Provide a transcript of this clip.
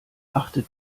achtet